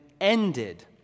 ended